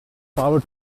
power